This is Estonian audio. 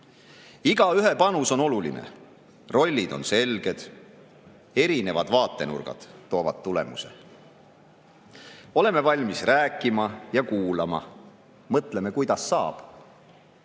Igaühe panus on oluline. Rollid on selged. Erinevad vaatenurgad toovad tulemuse. Oleme valmis rääkima ja kuulama, mõtleme, kuidas saab.